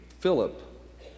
Philip